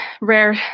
rare